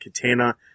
Katana